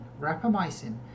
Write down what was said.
rapamycin